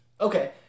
Okay